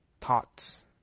thoughts